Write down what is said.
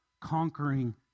conquering